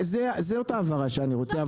זאת ההבהרה שאני רוצה,